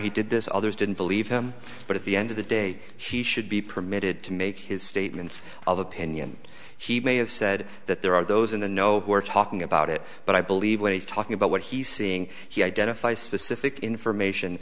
he did this others didn't believe him but at the end of the day he should be permitted to make his statements of opinion he may have said that there are those in the know who are talking about it but i believe when he's talking about what he's seeing he identify specific information